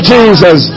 Jesus